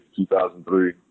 2003